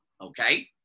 okay